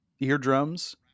eardrums